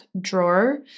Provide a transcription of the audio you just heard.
drawer